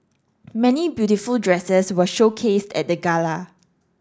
many beautiful dresses were showcased at the gala